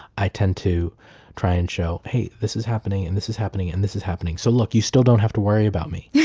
i tend to try and show, hey, this is happening, and this is happening, and this is happening, so look, you still don't have to worry about me. yeah